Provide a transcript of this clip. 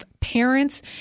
parents